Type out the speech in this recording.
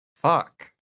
Fuck